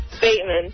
Bateman